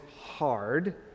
hard